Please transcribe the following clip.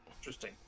Interesting